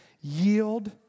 yield